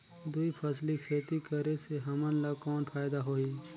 दुई फसली खेती करे से हमन ला कौन फायदा होही?